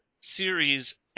Series